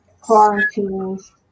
quarantines